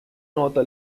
nota